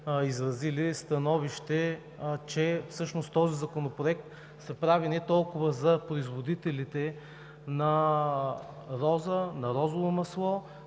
изразили становище, че всъщност този законопроект се прави не толкова за производителите на роза,